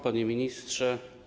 Panie Ministrze!